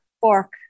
fork